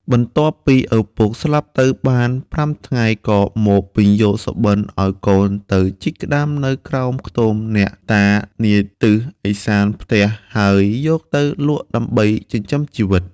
បន្ទាប់ពីឪពុកស្លាប់ទៅបាន៥ថ្ងៃក៏មកពន្យល់សុបិនឲ្យកូនទៅជីកក្ដាមនៅក្រោមខ្ទមអ្នកតានាទិសឦសានផ្ទះ ហើយយកទៅលក់ដើម្បីចិញ្ចឹមជីវិត។